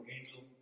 angels